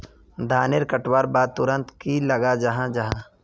धानेर कटवार बाद तुरंत की लगा जाहा जाहा?